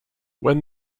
when